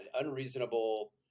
unreasonable